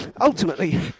ultimately